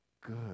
Good